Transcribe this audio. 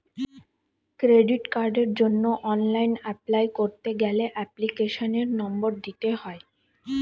credit কার্ডের জন্য online apply করতে গেলে এপ্লিকেশনের নম্বর দিতে হয়